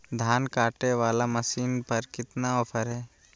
धान कटे बाला मसीन पर कतना ऑफर हाय?